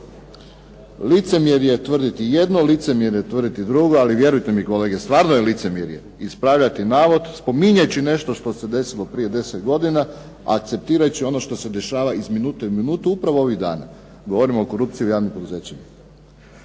Licemjerje je tvrditi jedno, licemjerje je tvrditi drugo, ali vjerujte mi kolege, stvarno je licemjerje ispravljati navod spominjući nešto što se desilo prije deset godina, a citirat ću ono što se dešava iz minute u minutu upravo ovih dana. Govorim o korupciji u javnim poduzećima.